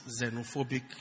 xenophobic